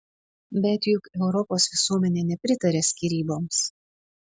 bet juk europos visuomenė nepritaria skyryboms